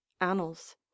Annals